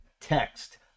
text